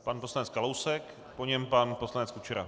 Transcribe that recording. Pan poslanec Kalousek, po něm pan poslanec Kučera.